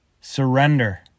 Surrender